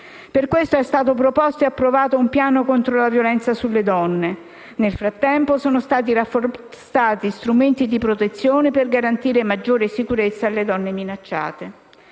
Per questo è stato proposto e approvato un piano contro la violenza sulle donne. E nel frattempo sono stati rafforzati strumenti di protezione, per garantire maggiore sicurezza alle donne minacciate.